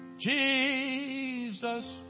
Jesus